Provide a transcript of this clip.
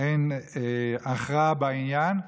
אין הכרעה בעניין.